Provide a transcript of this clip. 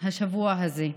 בשבוע הזה.